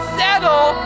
settle